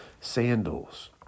sandals